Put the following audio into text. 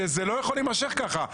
שזה לא יכול להימשך ככה.